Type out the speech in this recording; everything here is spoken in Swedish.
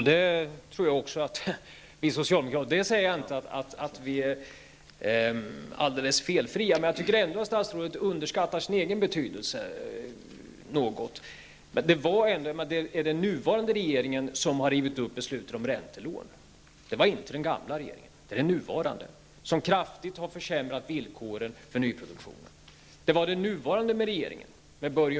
Fru talman! Jag säger inte att vi socialdemokrater är alldeles felfria, men jag tycker ändå att statsrådet något underskattar sin egen betydelse. Det är den nuvarande regeringen som har rivit upp beslutet om räntelån -- det är inte den gamla regeringen som har gjort det, utan den nuvarande -- och detta har kraftigt försämrat villkoren för nyproduktionen.